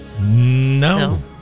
no